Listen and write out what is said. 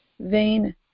vain